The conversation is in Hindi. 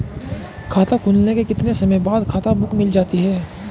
खाता खुलने के कितने समय बाद खाता बुक मिल जाती है?